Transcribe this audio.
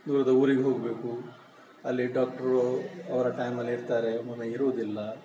ದೂರದ ಊರಿಗೆ ಹೋಗಬೇಕು ಅಲ್ಲಿ ಡಾಕ್ಟ್ರು ಅವರ ಟೈಮಲ್ಲಿ ಇರ್ತಾರೆ ಒಮ್ಮೊಮ್ಮೆ ಇರುವುದಿಲ್ಲ